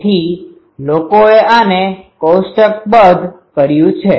તેથી લોકોએ આને કોષ્ટકબદ્ધ કર્યુ છે